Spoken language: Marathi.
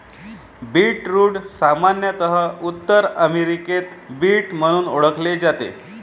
बीटरूट सामान्यत उत्तर अमेरिकेत बीट म्हणून ओळखले जाते